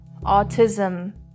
autism